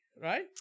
right